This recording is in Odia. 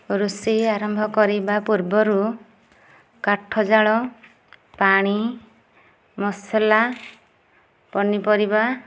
ରୋଷେଇ ଆରମ୍ଭ କରିବା ପୂର୍ବରୁ କାଠ ଜାଳ ପାଣି ମସଲା ପନିପରିବା